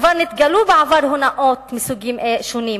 כבר נתגלו בעבר הונאות מסוגים שונים,